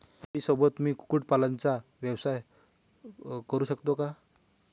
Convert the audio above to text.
शेतीसोबत मी कुक्कुटपालनाचा व्यवसाय करु शकतो का?